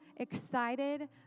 excited